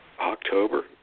October